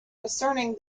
discerning